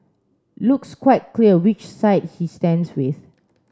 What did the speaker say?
looks quite clear which side he stands with